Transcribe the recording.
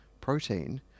protein